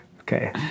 Okay